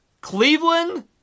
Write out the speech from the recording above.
Cleveland